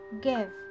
give